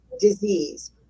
disease